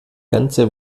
ganze